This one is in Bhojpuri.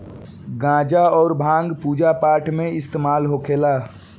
गांजा अउर भांग पूजा पाठ मे भी इस्तेमाल होखेला